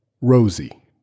Rosie